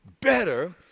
Better